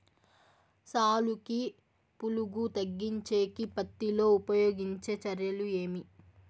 సాలుకి పులుగు తగ్గించేకి పత్తి లో ఉపయోగించే చర్యలు ఏమి?